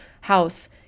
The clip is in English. house